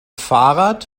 fahrrad